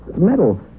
metal